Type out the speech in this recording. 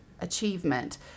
achievement